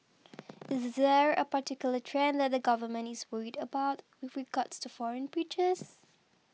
is there a particular trend that the Government is worried about with regards to foreign preachers